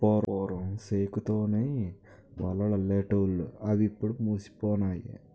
పూర్వం సేకు తోని వలలల్లెటూళ్లు అవిప్పుడు మాసిపోనాయి